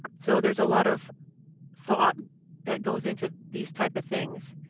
so there's a lot of thought that goes into these type of things.